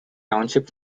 township